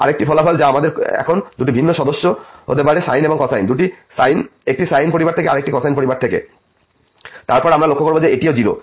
আরেকটি ফলাফল যা আমাদের এখন দুটি ভিন্ন সদস্য হতে পারে সাইন এবং কোসাইন একটি সাইন পরিবার থেকে আরেকটি কোসাইন পরিবার থেকে এবং তারপর আমরা লক্ষ্য করব যে এটিও 0